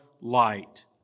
light